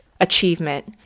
achievement